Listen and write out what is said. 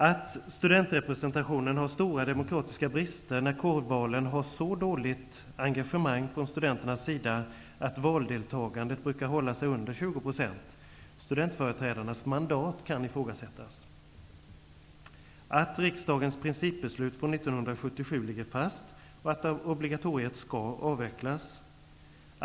att studentrepresentationen har stora demokratiska brister när kårvalen har så dåligt engagemang från studenternas sida, att valdeltagandet brukar hålla sig under 20 %. Studentföreträdarnas mandat kan ifrågasättas. --att riksdagens principbeslut från 1977 att obligatoriet skall avvecklas ligger fast.